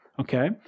Okay